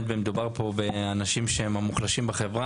מדובר באנשים מוחלשים בחברה,